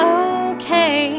okay